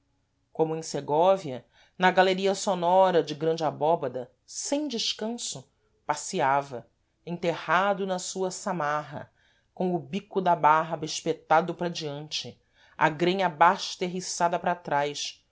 como em segóvia na galeria sonora de grande abobada sem descanso passeava enterrado na sua samarra com o bico da barba espetado para diante a grenha basta erriçada para trás